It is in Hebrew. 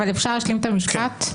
אפשר להשלים את המשפט?